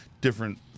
different